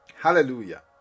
Hallelujah